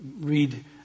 read